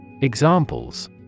Examples